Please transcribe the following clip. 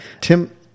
Tim